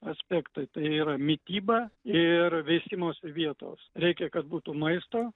aspektai tai yra mityba ir veisimosi vietos reikia kad būtų maisto